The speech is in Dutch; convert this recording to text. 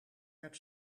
werd